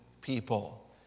people